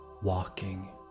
walking